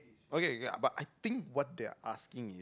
okay okay but I think what they are asking